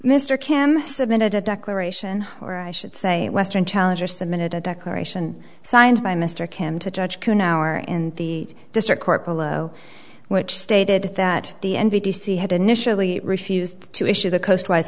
mr kim has submitted a declaration or i should say western challenger submitted a declaration signed by mr kim to judge cohen our in the district court below which stated that the n b c had initially refused to issue the coastwise